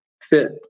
fit